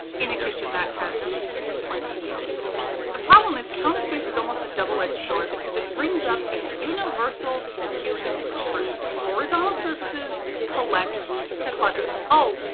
in a kitchen that has plenty of counter space. the problem is counter space is almost a double-edged sword because it brings up a universal human truth, horizontal surfaces collect clutter. oh,